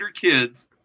kids